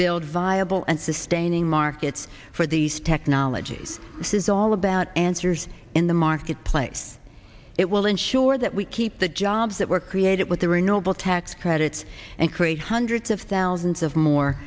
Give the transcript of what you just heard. build viable and sustaining markets for these technologies this is all about answers in the marketplace it will ensure that we keep the jobs that were created with the renewable tax credits and create hundreds of thousands of more